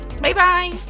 bye-bye